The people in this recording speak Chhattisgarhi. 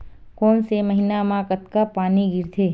कोन से महीना म कतका पानी गिरथे?